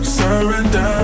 surrender